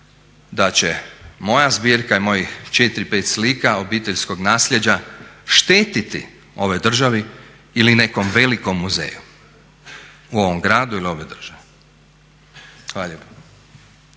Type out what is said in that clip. da će moja zbirka i mojih 4-5 slika obiteljskog nasljeđa štetiti ovoj državi ili nekom velikom muzeju u ovom gradu ili ovoj državi. Hvala lijepa.